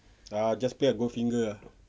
ah just play like goldfinger ah